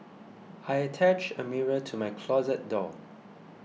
I attached a mirror to my closet door